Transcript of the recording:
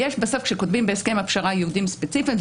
כשכותבים בהסכם הפשרה יש בסוף ייעודים ספציפיים.